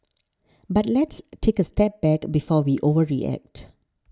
but let's take a step back before we overreact